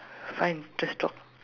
fine just talk